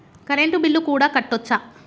Current bill కూడా కట్టొచ్చా?